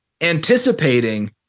anticipating